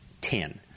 Ten